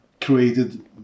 created